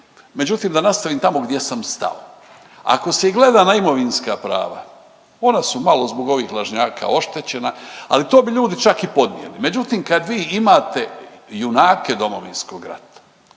Međutim, da nastavim tamo gdje sam stao. Ako se i gleda na imovinska prava ona su malo zbog ovih lažnjaka oštećena, ali to bi ljudi čak i podnijeli. Međutim, kad vi imate junake Domovinskog rata,